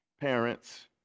parents